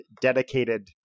dedicated